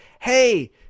hey